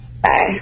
Bye